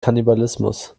kannibalismus